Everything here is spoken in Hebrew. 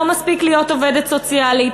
לא מספיק להיות עובדת סוציאלית,